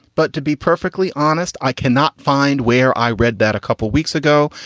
but to be perfectly honest, i cannot find where i read that a couple weeks ago.